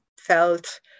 felt